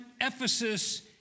Ephesus